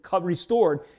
restored